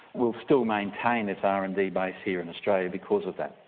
will still maintain its r and d base here in australia because of that.